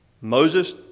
Moses